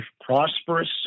prosperous